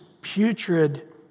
putrid